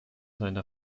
seine